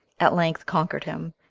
at length conquered him,